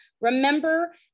Remember